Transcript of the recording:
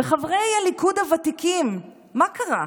וחברי הליכוד הוותיקים, מה קרה?